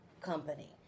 company